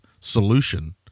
solution